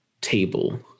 table